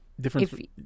Different